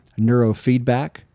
neurofeedback